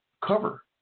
cover